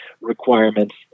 requirements